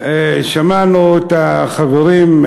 שמענו את החברים,